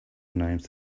names